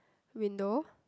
window